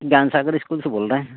Gyansagar school से बोल रहें हैं